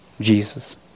Jesus